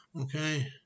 Okay